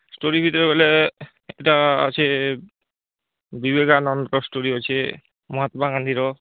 story ଭିତରେ ବୋଲେ ଏଟା ଅଛି ବିବେକାନନ୍ଦଙ୍କ ଷ୍ଟୋରି ଅଛି ମହାତ୍ମା ଗାନ୍ଧୀର